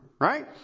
right